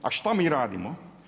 A šta mi radimo?